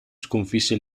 sconfisse